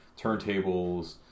turntables